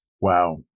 Wow